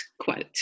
quote